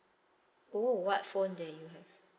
oh what phone that you have